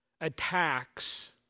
attacks